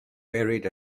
buried